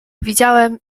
widziałem